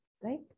right